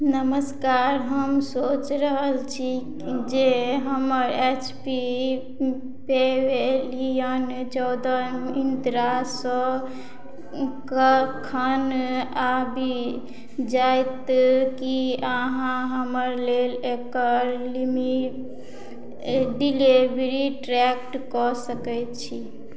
नमस्कार हम सोचि रहल छी जे हमर एचपीके अभियान चौदह एम सँयुक्त राष्ट्र सऽ ओ कखन आबि जाइत की अहाँ हमरा लेल एकर रुम्मी अइ डिलेभरी ट्रैक कऽ सकै छी